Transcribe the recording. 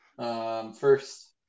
First